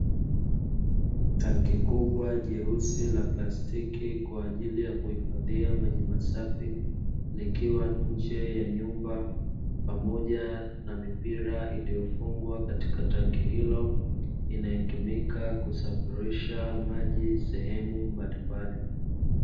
Tanki kubwa jeusi la plastiki kwa ajili ya kuhifadhia maji masafi, likiwa nje ya nyumba pamoja na mipira iliyofungwa katika tanki hilo, inayotumika kusafirisha maji sehemu mbalimbali.